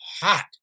hot